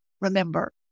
Remember